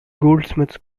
goldsmiths